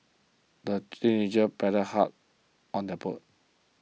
the teenagers paddled hard on their boat